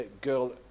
girl